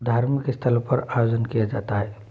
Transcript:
धार्मिक स्थलों पर आयोजन किया जाता है